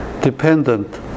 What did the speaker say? dependent